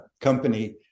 company